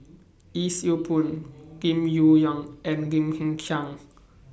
Yee Siew Pun Lim Yong Liang and Lim Hng Kiang